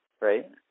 right